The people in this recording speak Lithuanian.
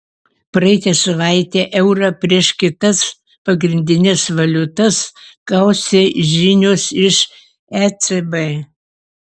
praeitą savaitę eurą prieš kitas pagrindines valiutas kaustė žinios iš ecb